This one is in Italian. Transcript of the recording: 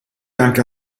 anche